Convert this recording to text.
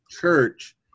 church